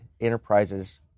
enterprises